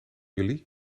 jullie